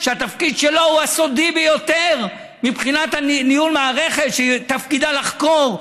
שהתפקיד שלו הוא הסודי ביותר מבחינת ניהול המערכת שתפקידה לחקור,